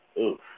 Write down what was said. oof